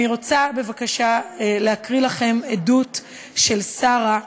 אני רוצה, בבקשה, להקריא לכם עדות של שרה,